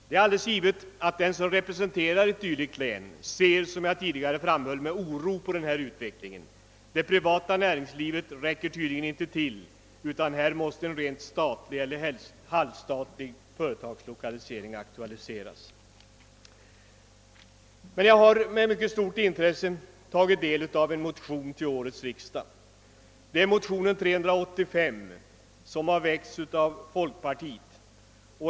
Det är givet, såsom jag tidigare framhöll, att den som representerar ett sådant län med oro ser på denna utveckling. Det privata näringslivet räcker tydligen inte till, utan en statlig eller halvstatlig företagslokalisering bör ske. Jag har dock med mycket stort intresse tagit del av en motion till årets riksdag, II: 385, som är en partimotion från folkpartiet.